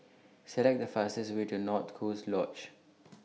Select The fastest Way to North Coast Lodge